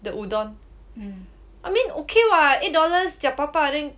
the udon I mean okay [what] eight dollars jiak ba ba